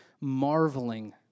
marveling